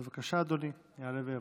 בבקשה, אדוני, יעלה ויבוא.